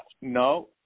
No